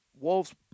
wolves